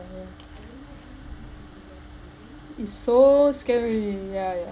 ya it's so scary ya ya